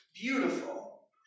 beautiful